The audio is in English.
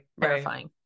terrifying